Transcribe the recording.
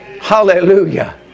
Hallelujah